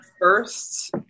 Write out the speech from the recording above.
first